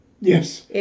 Yes